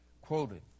quoted